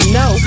no